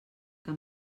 que